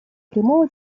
прямого